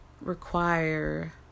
require